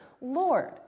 Lord